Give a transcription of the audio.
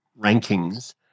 rankings